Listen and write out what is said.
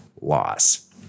loss